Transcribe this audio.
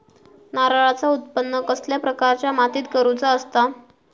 नारळाचा उत्त्पन कसल्या प्रकारच्या मातीत करूचा असता?